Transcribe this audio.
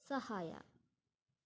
ಸಹಾಯ